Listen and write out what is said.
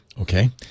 Okay